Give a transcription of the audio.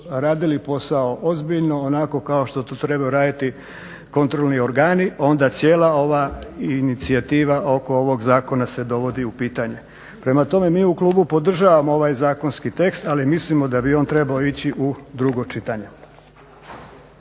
radili posao ozbiljno onako kao što to trebaju raditi kontrolni organi onda cijela ova inicijativa oko ovog zakona se dovodi u pitanje. Prema tome, mi u klubu podržavamo ovaj zakonski tekst, ali mislimo da bi on trebao ići u drugo čitanje.